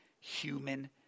human